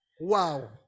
Wow